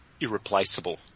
irreplaceable